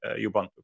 Ubuntu